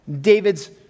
David's